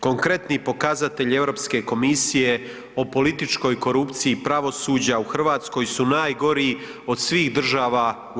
Konkretni pokazatelj Europske komisije o političkoj korupciji i pravosuđa u Hrvatskoj su najgori od svih država u EU.